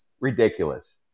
ridiculous